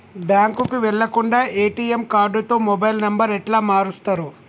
బ్యాంకుకి వెళ్లకుండా ఎ.టి.ఎమ్ కార్డుతో మొబైల్ నంబర్ ఎట్ల మారుస్తరు?